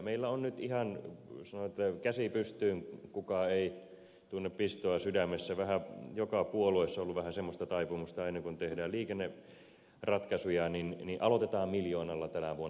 meillä on nyt ihan sanon että käsi pystyyn kuka ei tunne pistoa sydämessä vähän joka puolueessa ollut vähän semmoista taipumusta aina kun tehdään liikenneratkaisuja niin aloitetaan miljoonalla tänä vuonna